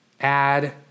add